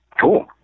Cool